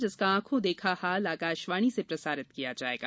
जिसका आंखो देखा हाल आकाशवाणी से प्रसारित किया जाएगा